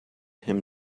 him